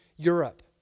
Europe